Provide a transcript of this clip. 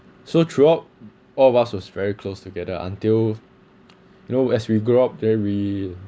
so throughout all the while was very close together until you know as we grew up then we